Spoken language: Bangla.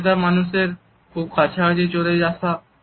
অচেনা মানুষের খুব কাছাকাছি চলে আসা